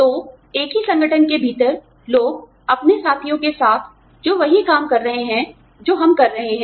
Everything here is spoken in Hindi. तो एक ही संगठन के भीतर लोग अपने साथियों के साथ जो वही काम कर रहे हैं जो हम कर रहे हैं